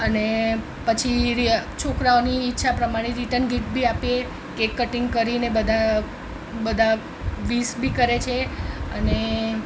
અને પછી રિ છોકરાઓની ઈચ્છા પ્રમાણે રિટર્ન ગિફ્ટ પણ આપીએ છીએ કેક કટિંગ કરીને બધા વિશ બી કરે છે અને